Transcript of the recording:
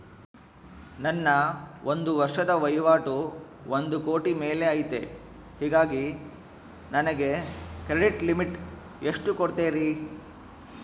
ನನ್ನ ಒಂದು ವರ್ಷದ ವಹಿವಾಟು ಒಂದು ಕೋಟಿ ಮೇಲೆ ಐತೆ ಹೇಗಾಗಿ ನನಗೆ ಕ್ರೆಡಿಟ್ ಲಿಮಿಟ್ ಎಷ್ಟು ಕೊಡ್ತೇರಿ?